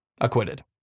Acquitted